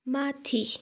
माथि